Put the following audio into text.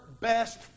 best